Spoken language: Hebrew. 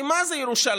כי מה זה ירושלים?